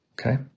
okay